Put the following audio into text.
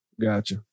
Gotcha